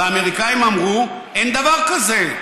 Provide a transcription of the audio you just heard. והאמריקאים אמרו שאין דבר כזה.